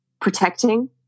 protecting